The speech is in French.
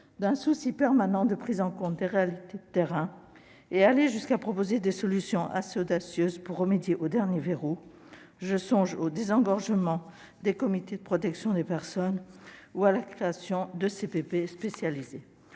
un souci permanent de prise en compte des réalités de terrain. Elle est allée jusqu'à proposer des solutions assez audacieuses pour faire sauter les derniers verrous- je songe au désengorgement des comités de protection des personnes ou à la création de CPP spécialisés.